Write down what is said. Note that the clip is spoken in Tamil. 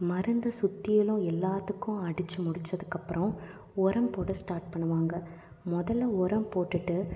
மருந்து சுற்றிலும் எல்லாத்துக்கும் அடித்து முடித்ததுக்கப்புறம் உரம் போட ஸ்டார்ட் பண்ணுவாங்க முதல்ல உரம் போட்டுவிட்டு